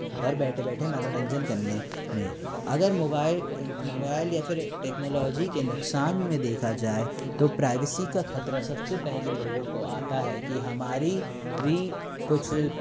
घर बैठे बैठे मनोरंजन करने में अगर मोबाईल मोबाईल या फिर टेक्नोलॉजी के नुकसान मे देखा जाए तो प्राइवेसी का खतरा सबसे पहले लोगों को आता है कि हमारी भी कुछ